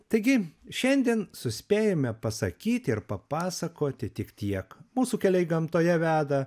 taigi šiandien suspėjome pasakyti ir papasakoti tik tiek mūsų keliai gamtoje veda